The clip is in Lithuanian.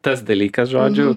nuėjome tas dalykas žodžių